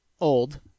old